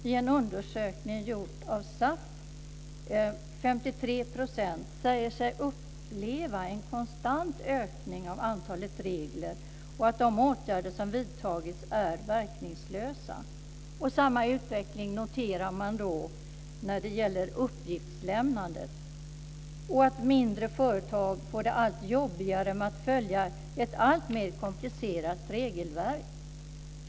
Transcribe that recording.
I en undersökning gjord av SAF säger 53 % av företagarna att de upplever en konstant ökning av antalet regler och att de åtgärder som vidtagits är verkningslösa. Samma utveckling noterar man när det gäller uppgiftslämnandet. Mindre företag får det allt jobbigare med att följa ett alltmer komplicerat regelverk.